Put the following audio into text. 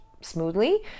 smoothly